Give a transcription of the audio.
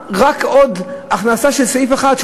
רק הכנסה של עוד סעיף אחד,